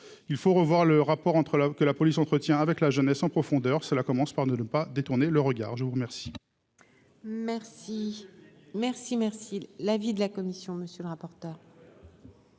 il faut revoir le rapport entre la que la police, entretien avec la jeunesse en profondeur, cela commence par ne pas détourner le regard, je vous remercie. Merci, merci, merci, l'avis de la commission, monsieur le rapporteur.